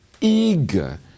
eager